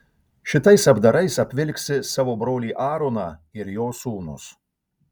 šitais apdarais apvilksi savo brolį aaroną ir jo sūnus